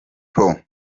pro